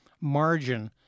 margin